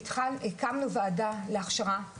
הקמנו ועדה להכשרה,